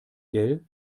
gell